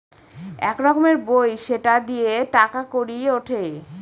এক রকমের বই সেটা দিয়ে টাকা কড়ি উঠে